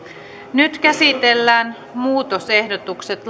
nyt käsitellään muutosehdotukset